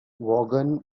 vaughan